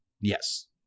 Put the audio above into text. Yes